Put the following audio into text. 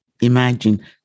Imagine